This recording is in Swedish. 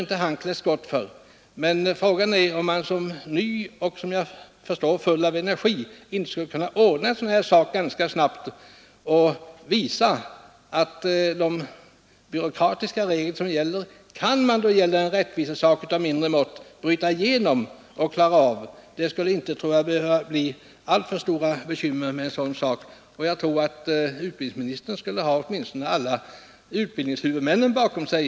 Frågan är emellertid om inte utbildningsministern, som är nyutnämnd och som jag förstår full av energi, skulle kunna ordna upp en sådan här angelägenhet ganska snabbt och visa att man kan lägga byråkratiska regler åt sidan när det gäller att tillgodose ett rättvisekrav i en fråga av mindre format. En sådan åtgärd skulle inte behöva förorsaka alltför stora bekymmer. Jag tror att utbildningsministern då skulle ha åtminstone alla utbildningshuvudmännen bakom sig.